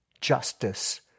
justice